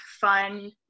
fun